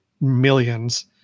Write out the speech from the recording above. millions